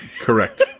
Correct